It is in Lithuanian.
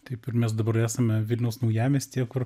taip ir mes dabar esame vilniaus naujamiestyje kur